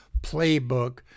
playbook